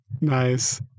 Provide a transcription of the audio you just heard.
Nice